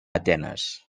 atenes